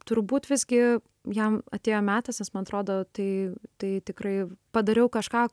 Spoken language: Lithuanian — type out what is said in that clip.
turbūt visgi jam atėjo metas nes man atrodo tai tai tikrai padariau kažką